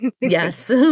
Yes